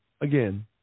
again